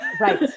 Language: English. Right